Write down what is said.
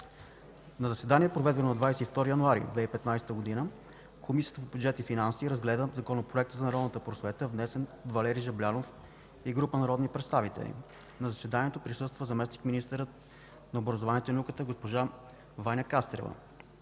На заседание, проведено на 22 януари 2015 г., Комисията по бюджет и финанси разгледа Законопроекта за народната просвета, внесен от Валери Жаблянов и група народни представители. На заседанието присъства заместник-министърът на образованието и науката госпожа Ваня Кастрева.